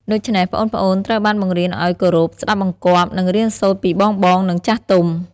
ដូច្នេះ ប្អូនៗត្រូវបានបង្រៀនឱ្យគោរព ស្ដាប់បង្គាប់ និងរៀនសូត្រពីបងៗ និងចាស់ទុំ។